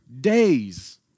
days